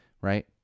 Right